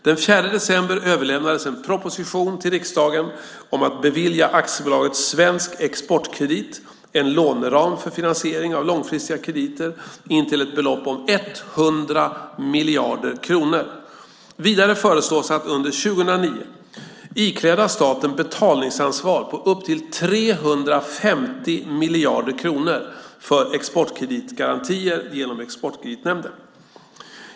Den 4 december överlämnades en proposition till riksdagen om att bevilja AB Svensk Exportkredit en låneram för finansiering av långfristiga krediter intill ett belopp om 100 miljarder kronor. Vidare föreslås att under 2009 ikläda staten betalningsansvar upp till 350 miljarder kronor för exportkreditgarantier genom Exportkreditnämnden.